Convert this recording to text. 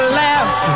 laugh